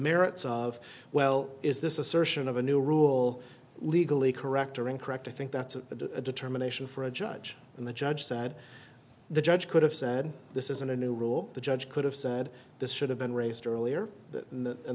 merits of well is this assertion of a new rule legally correct or incorrect i think that's a determination for a judge and the judge said the judge could have said this isn't a new rule the judge could have said this should have been raised earlier in